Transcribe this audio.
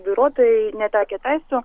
vairuotojai netekę teisių